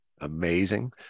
amazing